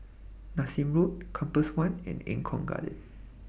Nassim Road Compass one and Eng Kong Garden